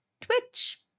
twitch